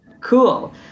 Cool